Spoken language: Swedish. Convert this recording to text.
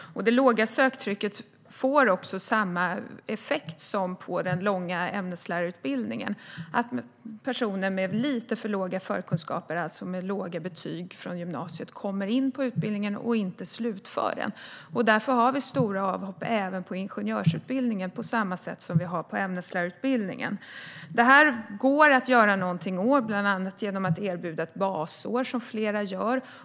Det låga söktrycket får samma effekt här som det får på den långa ämneslärarutbildningen: Personer med lite för låga förkunskaper, alltså med låga betyg från gymnasiet, kommer in på utbildningen och slutför den inte. Vi har stora avhopp på ingenjörsutbildningen på samma sätt som vi har det på ämneslärarutbildningen. Det går att göra någonting åt detta, bland annat genom att erbjuda ett basår, som flera gör.